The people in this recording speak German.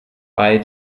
bei